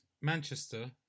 Manchester